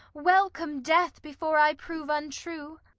welcome death before i prove untrue.